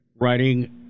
writing